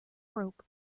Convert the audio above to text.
broke